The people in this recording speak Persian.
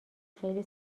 خیلی